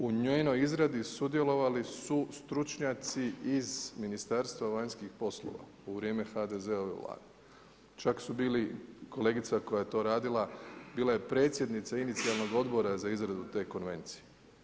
U njenoj izradi sudjelovali su stručnjaci iz Ministarstva vanjskih poslova u vrijeme HDZ-ove Vlade, čak su bili i kolegica koja je to radila bila je predsjednica inicijalnog odbora za izradu te konvencije.